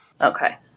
okay